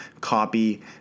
copy